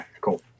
cool